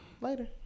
later